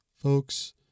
Folks